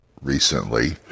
recently